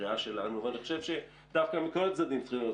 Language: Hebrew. קריאה שלנו ואני חושב שמכל הצדדים צריכים להיות